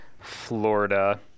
Florida